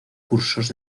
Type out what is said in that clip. cursos